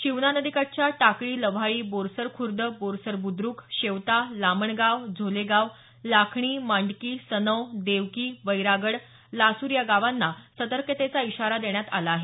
शिवना नदीकाठच्या टाकळी लव्हाळी बोरसर खूर्द बोरसर बुद्रुक शेवता लामणगाव झोलेगाव लाखणी मांडकी सनव देवकी वैरागड लासूर या गावांना यामुळे सतर्कतेचा इशारा देण्यात आला आहे